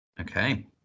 Okay